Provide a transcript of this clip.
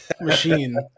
machine